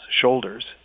shoulders